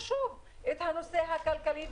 חשוב הנושא הכלכלי,